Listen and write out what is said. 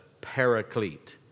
Paraclete